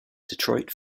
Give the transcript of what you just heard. detroit